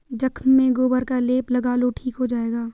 जख्म में गोबर का लेप लगा लो ठीक हो जाएगा